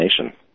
nation